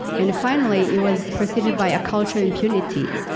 and finally it was preceded by a cultural impunity.